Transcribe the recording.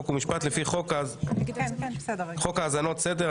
חוק ומשפט לפי חוק האזנות סתר,